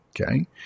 Okay